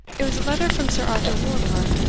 it was a letter from sir arthur wardour,